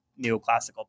neoclassical